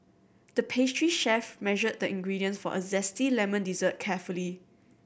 the pastry chef measured the ingredients for a zesty lemon dessert carefully